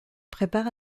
prépare